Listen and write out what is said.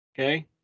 okay